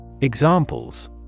Examples